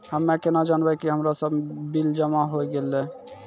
हम्मे केना जानबै कि हमरो सब बिल जमा होय गैलै?